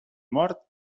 mort